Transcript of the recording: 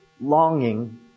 longing